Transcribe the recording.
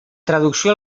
traducció